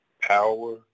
Power